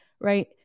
right